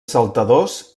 saltadors